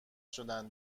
شدن